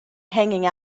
hanging